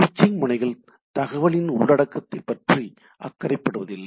சுவிட்சிங் முனைகள் தகவலின் உள்ளடக்கத்தைப் பற்றி அக்கறைப் படுவதில்லை